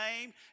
name